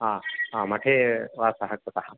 हा हा मठे वासः कृतः